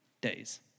days